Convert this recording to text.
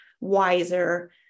wiser